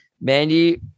Mandy